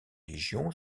légion